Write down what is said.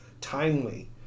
timely